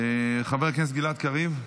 חבר הכנסת גלעד קריב,